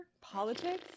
politics